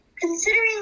Considering